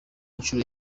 inshuro